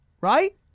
Right